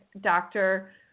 doctor